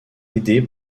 aider